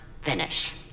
finish